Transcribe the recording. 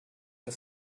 das